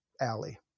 alley